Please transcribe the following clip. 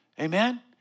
Amen